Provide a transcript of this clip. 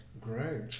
Great